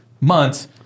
months